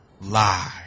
lie